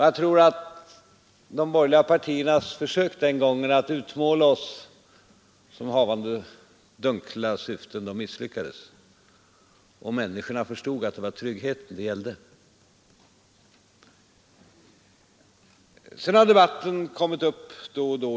Jag tror att de borgerliga partiernas försök den gången att utmåla oss som havande dunkla syften misslyckades, och människorna förstod att det var tryggheten det gällde. Sedan har debatten kommit igen då och då.